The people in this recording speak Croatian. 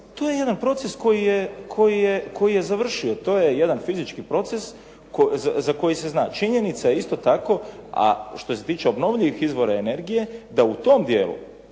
To je jedan proces koji je završio. To je jedan fizički proces za koji se zna. Činjenica je isto tako, a što se tiče obnovljivih izvora energije, da u tom dijelu